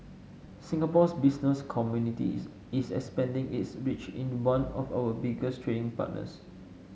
Singapore's business community is is expanding its reach in one of our biggest trading partners